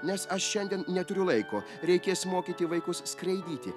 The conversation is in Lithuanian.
nes aš šiandien neturiu laiko reikės mokyti vaikus skraidyti